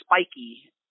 spiky